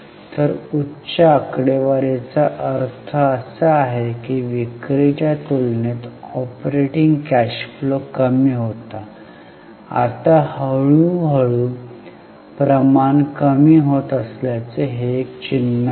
तर उच्च आकडेवारीचा अर्थ असा आहे की विक्री च्या तुलनेत ऑपरेटिंग कॅश फ्लो कमी होता आत्ता हळूहळू प्रमाण कमी होत असल्याचे हे एक चिन्ह आहे